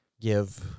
give